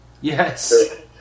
Yes